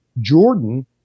Jordan